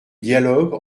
dialogue